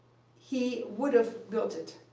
he would have built it.